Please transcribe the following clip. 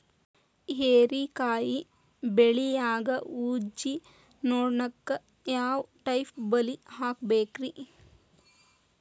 ಹೇರಿಕಾಯಿ ಬೆಳಿಯಾಗ ಊಜಿ ನೋಣಕ್ಕ ಯಾವ ಟೈಪ್ ಬಲಿ ಹಾಕಬೇಕ್ರಿ?